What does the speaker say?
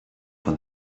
for